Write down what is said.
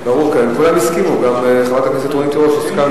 כולם הסכימו, גם חברת הכנסת רונית תירוש, הסכמת